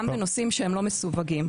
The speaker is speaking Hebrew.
גם בנושאים שהם לא מסווגים.